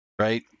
Right